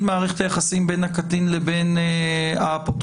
מערכת היחסים בין הקטין לבין האפוטרופוס.